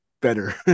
better